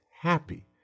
happy